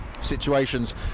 situations